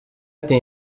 ati